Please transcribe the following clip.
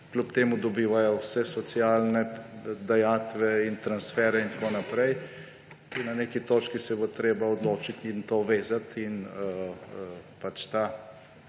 kljub temu dobivajo vse socialne dajatve in transfere in tako naprej. Tu na neki točki se bo treba odločiti in to vezati in to